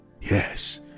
yes